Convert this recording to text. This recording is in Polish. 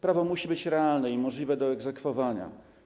Prawo musi być realne i możliwe do egzekwowania.